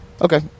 Okay